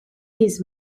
his